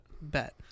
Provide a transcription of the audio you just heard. Bet